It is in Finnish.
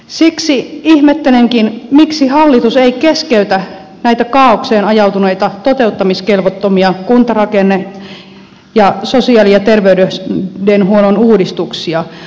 siksi ihmettelenkin miksi hallitus ei keskeytä näitä kaaokseen ajautuneita toteuttamiskelvottomia kuntarakenne ja sosiaali ja terveydenhuollon uudistuksia